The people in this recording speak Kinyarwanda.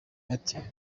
airtel